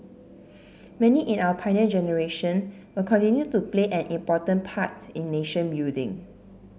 many in our Pioneer Generation will continue to play an important part in nation building